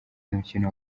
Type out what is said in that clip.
mukino